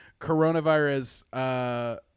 coronavirus